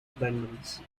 abundance